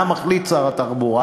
לו החליט שר התחבורה,